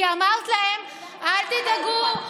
כי אמרת להם: אל תדאגו.